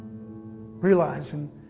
realizing